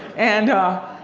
and, ah,